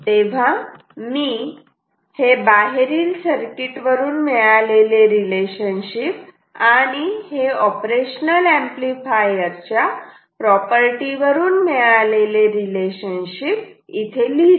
तेव्हा मी हे बाहेरील सर्किट वरून मिळालेले रिलेशनशिप आणि हे ऑपरेशनल ऍम्प्लिफायर च्या प्रॉपर्टी वरून मिळालेले रिलेशनशिप इथे लिहितो